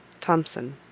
thompson